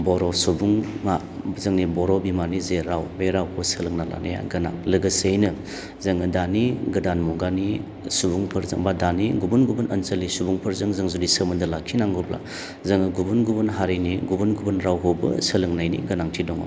बर' सुबुङा जोंनि बर' बिमानि जे राव बे रावखौ सोलोंना लानाया गोनां लोगोसेयैनो जोङो दानि गोदान मुगानि सुबुंफोरजों बा दानि गुबुन गुबुन ओनसोलनि सुबुंफोरजों जों जुदि सोमोनदो लाखिनांगौब्ला जोङो गुबुन गुबुन हारिनि गुबुन गुुबुन रावखौबो सोलोंनायनि गोनांथि दङ